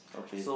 okay